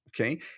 Okay